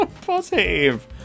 positive